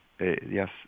Yes